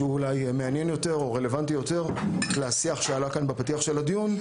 שהוא אולי מעניין יותר או רלוונטי יותר לשיח שעלה כאן בפתיח של הדיון,